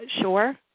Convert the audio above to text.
sure